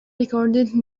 recorded